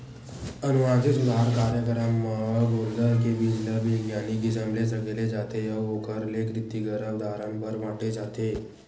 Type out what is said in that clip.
अनुवांसिक सुधार कारयकरम म गोल्लर के बीज ल बिग्यानिक किसम ले सकेले जाथे अउ ओखर ले कृतिम गरभधान बर बांटे जाथे